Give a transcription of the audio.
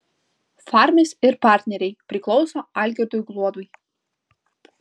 farmis ir partneriai priklauso algirdui gluodui